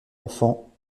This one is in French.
enfant